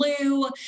blue